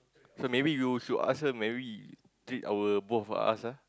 so maybe you should ask her maybe treat our both of us ah